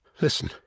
Listen